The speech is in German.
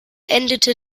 endete